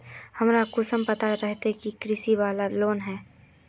हमरा कुंसम पता रहते की इ कृषि वाला लोन है?